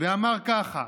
ואמר ככה: